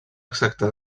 exacte